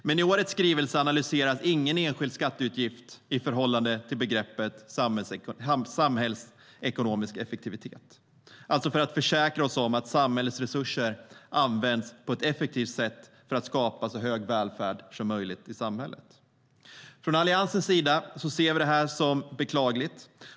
Men i årets skrivelse analyseras ingen enskild skatteutgift i förhållande till begreppet samhällsekonomisk effektivitet för att försäkra oss om att samhällets resurser används på ett effektivt sätt för att skapa så hög välfärd som möjligt i samhället. Från Alliansens sida ser vi detta som beklagligt.